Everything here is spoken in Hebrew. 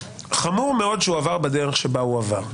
חמור מאוד שהוא עבר בדרך שבה הוא עבר,